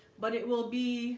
but it will be